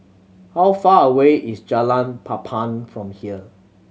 how far away is Jalan Papan from here